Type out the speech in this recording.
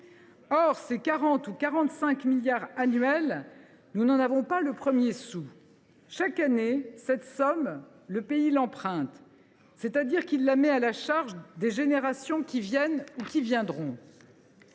milliards ou 45 milliards d’euros annuels, nous n’en avons pas le premier sou ! Chaque année, cette somme, le pays l’emprunte. Autrement dit, il la met à la charge des générations qui viennent ou qui viendront.